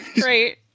great